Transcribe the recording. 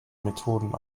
methoden